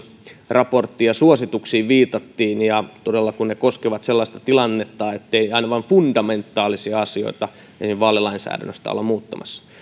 raporttiin ja suosituksiin viitattiin ja kun ne todella koskevat sellaista tilannetta ettei aina fundamentaalisia asioita esimerkiksi vaalilainsäädännöstä olla muuttamassa